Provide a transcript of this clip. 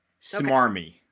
Smarmy